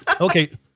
Okay